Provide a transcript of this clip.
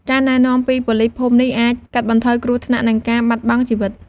ការណែនាំពីប៉ូលីសភូមិនេះអាច កាត់បន្ថយគ្រោះថ្នាក់ និងការបាត់បង់ជីវិត។